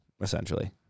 essentially